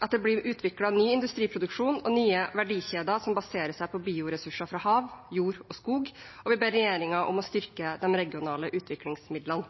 at det blir utviklet ny industriproduksjon og nye verdikjeder som baserer seg på bioressurser fra hav, jord og skog, og vi ber regjeringen om å styrke de regionale utviklingsmidlene.